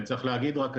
וצריך להגיד רק,